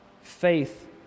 Faith